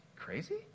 crazy